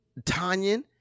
Tanyan